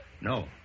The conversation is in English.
No